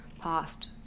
past